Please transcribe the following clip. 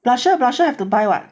blusher blusher have to buy [what]